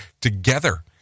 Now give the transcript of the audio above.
together